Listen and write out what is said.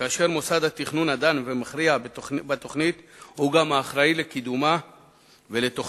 כאשר מוסד התכנון הדן ומכריע בתוכנית הוא גם האחראי לקידומה ולתוכנה.